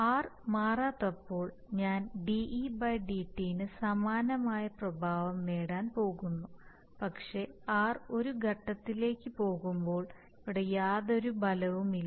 R മാറാത്തപ്പോൾ ഞാൻ de dt ന് സമാനമായ പ്രഭാവം നേടാൻ പോകുന്നു പക്ഷേ r ഒരു ഘട്ടത്തിലേക്ക് പോകുമ്പോൾ ഇവിടെ യാതൊരു ഫലവുമില്ല